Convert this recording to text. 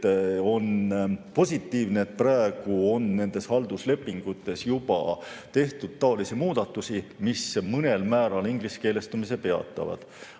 on positiivne, et praegu on nendes halduslepingutes juba tehtud taolisi muudatusi, mis mõnel määral ingliskeelestumise peatavad.